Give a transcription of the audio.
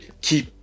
keep